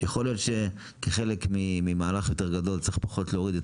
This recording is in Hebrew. יכול להיות כחלק ממהלך יותר גדול צריך פחות להוריד את